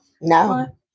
No